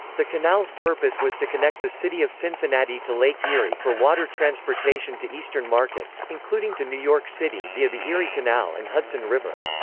the canal's purpose was to connect the city of cincinnati to lake erie for water transportation to eastern markets, including to new york city via the erie canal and hudson river.